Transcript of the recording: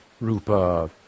Rupa